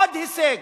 עוד הישג,